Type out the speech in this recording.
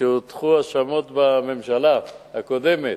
שהוטחו האשמות בממשלה הקודמת,